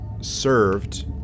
served